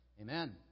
Amen